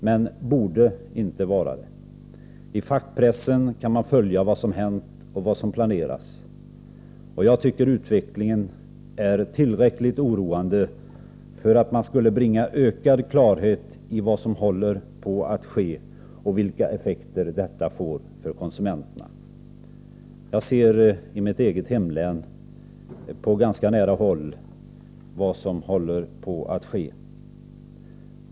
Men det borde inte vara det. I fackpressen kan man följa vad som hänt och vad som planeras. Jag tycker utvecklingen är tillräckligt oroande för att man skall försöka bringa ökad klarhet i vad som håller på att ske och vilka effekter detta får för konsumenterna. I mitt eget hemlän ser jag på ganska nära håll vad som håller på att ske.